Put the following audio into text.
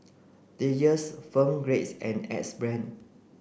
Dreyers Phone Grades and Axe Brand